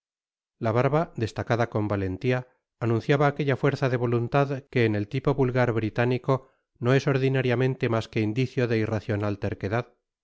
la barba destacada con valentia anunciaba aquella fuerza de voluntad que en el tipo vulgar británico no es ordinariamente mas que indicio de irracional terquedad